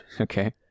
Okay